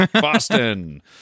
boston